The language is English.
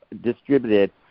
distributed